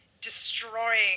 destroying